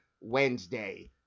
Wednesday